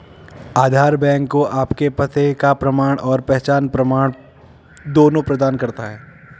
आधार bank को आपके पते का प्रमाण और पहचान प्रमाण दोनों प्रदान करता है